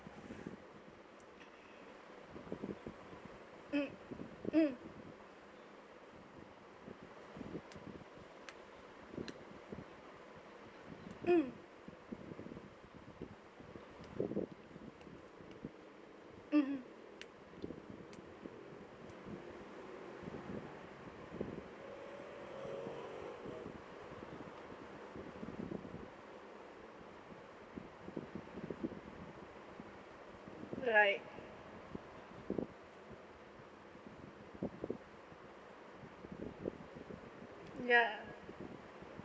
mm mm mm mmhmm right ya